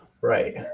Right